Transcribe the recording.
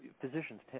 Physicians